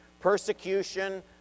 persecution